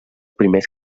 primers